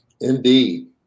Indeed